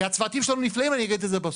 כי הצוותים שלנו נפלאים, אני אגיד את זה בסוף.